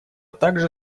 также